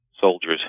soldiers